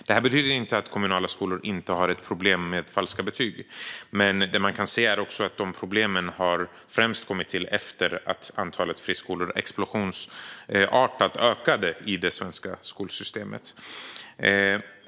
Det betyder inte att kommunala skolor inte har några problem med falska betyg, men man kan se att problemen främst har kommit till efter att antalet friskolor har ökat explosionsartat i det svenska skolsystemet.